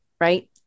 Right